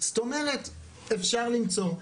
זאת אומרת אפשר למצוא.